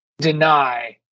deny